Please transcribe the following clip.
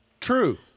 True